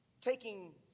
taking